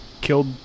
killed